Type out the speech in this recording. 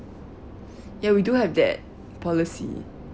ya we do have that policy